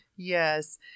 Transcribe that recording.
Yes